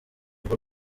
bw’u